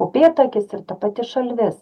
upėtakis ir ta pati šalvis